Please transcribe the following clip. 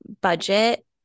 budget